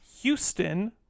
Houston